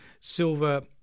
Silver